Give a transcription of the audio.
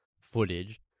footage